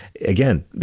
Again